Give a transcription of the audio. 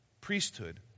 priesthood